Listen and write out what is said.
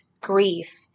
grief